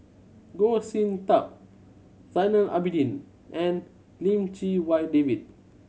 Goh Sin Tub Zainal Abidin and Lim Chee Wai David